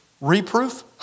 reproof